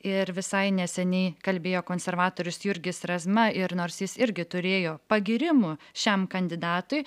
ir visai neseniai kalbėjo konservatorius jurgis razma ir nors jis irgi turėjo pagyrimų šiam kandidatui